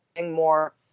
more